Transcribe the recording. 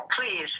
please